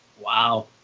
Wow